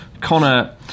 Connor